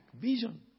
vision